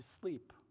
sleep